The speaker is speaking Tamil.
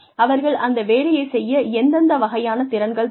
அவர்கள் அந்த வேலையை செய்ய எந்தெந்த வகையான திறன்கள் தேவை